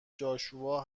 جاشوا